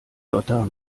dotter